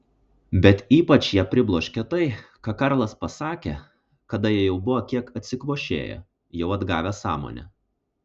bet ypač ją pribloškė tai ką karlas pasakė kada jie jau buvo kiek atsikvošėję jau atgavę sąmonę